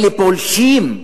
אלה פולשים,